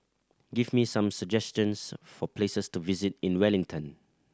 give me some suggestions for places to visit in Wellington